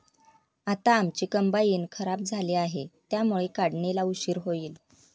आता आमची कंबाइन खराब झाली आहे, त्यामुळे काढणीला उशीर होईल